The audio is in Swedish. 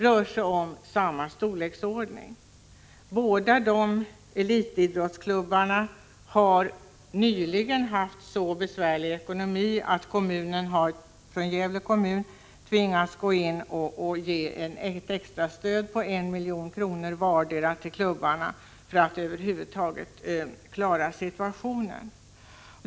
Båda dessa idrottsklubbar har nyligen haft det så besvärligt med ekonomin att Gävle kommun tvingats gå in och ge extrastöd på 1 milj.kr. till var och en av klubbarna för att man över huvud taget skulle kunna klara situationen.